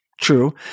True